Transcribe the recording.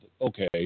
Okay